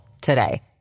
today